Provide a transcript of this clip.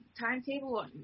timetable